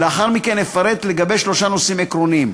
ולאחר מכן אפרט לגבי שלושה נושאים עקרוניים.